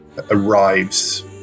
arrives